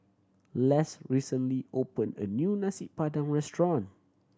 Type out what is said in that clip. Less recently opened a new Nasi Padang restaurant